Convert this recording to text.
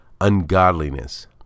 ungodliness